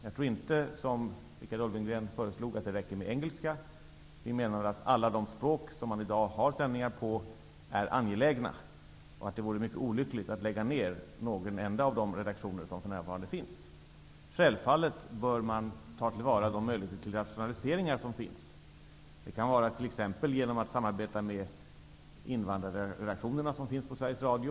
Jag tror inte, som Richard Ulfvengren föreslog, att det räcker med engelska. Vi menar att alla de språk som vi i dag har sändningar på är angelägna. Det vore mycket olyckligt att lägga ner någon enda av de redaktioner som finns för närvarande. De möjligheter till rationaliseringar som finns bör självfallet tas till vara. Det kan t.ex. vara att samarbeta med de invandrarredaktioner som finns på Sveriges Radio.